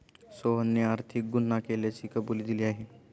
सोहनने आर्थिक गुन्हा केल्याची कबुली दिली आहे